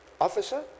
Officer